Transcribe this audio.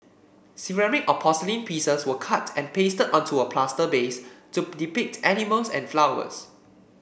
ceramic or porcelain pieces were cut and pasted onto a plaster base to depict animals and flowers